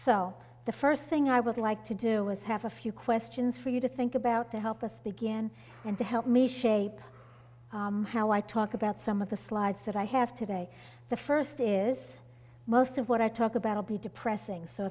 so the first thing i would like to do is have a few questions for you to think about to help us begin and to help me shape how i talk about some of the slides that i have today the first is most of what i talk about will be depressing so